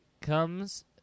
comes